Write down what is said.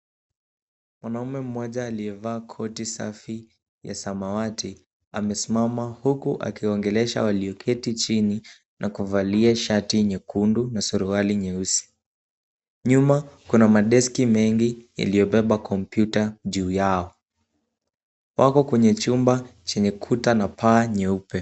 Mwanaume mmoja aliyevaa koti safi ya samawati amesimama huku akiwaongelesha walioketi chini na kuvalia shati nyekundu na suruali nyeusi. Nyuma kuna madeski mengi iliyobeba komputa juu yao. Wako kwenye chumba chenye kuta na paa nyeupe.